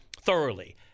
thoroughly